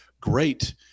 great